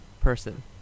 Person